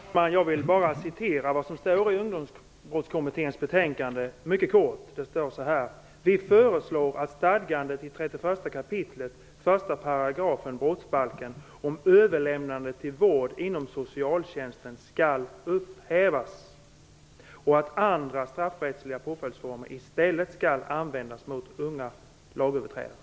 Herr talman! Jag vill bara mycket kort citera ur Ungdomsbrottskommitténs betänkande. Det står så här: "Vi föreslår att stadgandet i 31 kap. 1 § BrB om överlämnande till vård inom socialtjänsten skall upphävas och att andra, straffrättsliga påföljdsformer i stället skall användas mot unga lagöverträdare -."